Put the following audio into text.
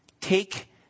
Take